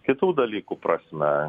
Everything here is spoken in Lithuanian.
kitų dalykų prasme